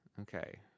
Okay